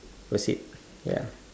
that's it ya